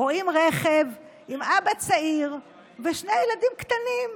רואים רכב עם אבא צעיר ושני ילדים קטנים,